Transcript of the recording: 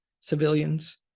civilians